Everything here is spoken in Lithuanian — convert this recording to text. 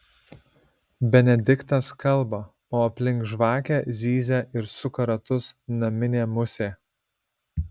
benediktas kalba o aplink žvakę zyzia ir suka ratus naminė musė